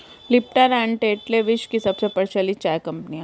Lipton and Tetley विश्व की सबसे प्रचलित चाय कंपनियां है